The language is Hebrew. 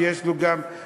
שגם יש לו חלק,